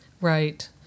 Right